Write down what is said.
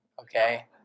okay